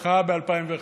מחאה ב-2011.